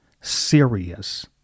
serious